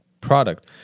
product